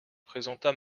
présenta